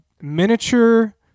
miniature